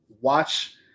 watch